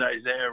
Isaiah